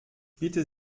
bitte